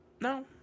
No